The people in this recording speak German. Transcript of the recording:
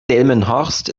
delmenhorst